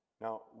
Now